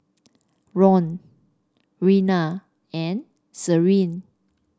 Ron Reina and Sherrie